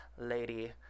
lady